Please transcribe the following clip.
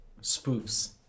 spoofs